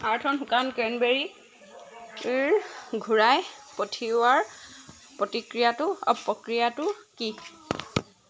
আৰ্থ'ন শুকান ক্ৰেনবেৰীৰ ঘূৰাই পঠিওৱাৰ প্ৰতিক্ৰিয়াটো অঁ প্ৰক্ৰিয়াটো কি